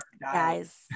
Guys